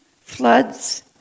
floods